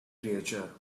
creature